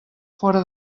fora